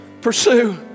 pursue